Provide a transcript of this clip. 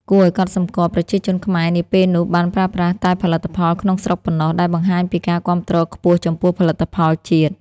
គួរឱ្យកត់សម្គាល់ ប្រជាជនខ្មែរនាពេលនោះបានប្រើប្រាស់តែផលិតផលក្នុងស្រុកប៉ុណ្ណោះ ដែលបង្ហាញពីការគាំទ្រខ្ពស់ចំពោះផលិតផលជាតិ។